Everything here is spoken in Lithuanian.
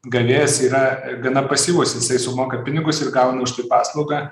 gavėjas yra gana pasyvus jisai sumoka pinigus ir gauna už tai paslaugą